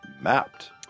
mapped